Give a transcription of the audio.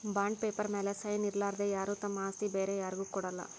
bond paper ಮ್ಯಾಲ್ sign ಇರಲಾರ್ದೆ ಯಾರು ತಮ್ ಆಸ್ತಿ ಬ್ಯಾರೆ ಯಾರ್ಗು ಕೊಡಲ್ಲ